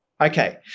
Okay